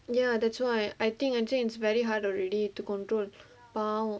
ya that's why I think now very hard already to control பாவோ:paavo